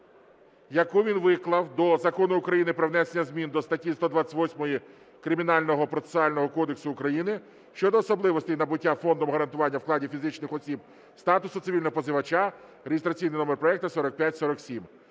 яку він виклав, до Закону України "Про внесення зміни до статті 128 Кримінального процесуального кодексу України щодо особливостей набуття Фондом гарантування вкладів фізичних осіб статусу цивільного позивача" (реєстраційний номер проекту 4547).